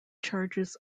charges